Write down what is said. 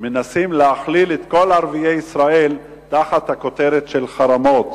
מנסים להכליל את כל ערביי ישראל תחת הכותרת של "חרמות".